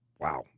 Wow